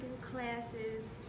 classes